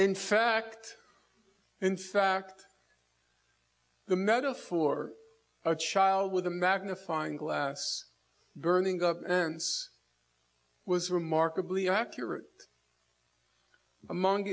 in fact in fact the metaphor a child with a magnifying glass burning up ends was remarkably accurate among